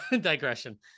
digression